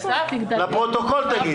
לפרוטוקול תגיד.